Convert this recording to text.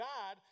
God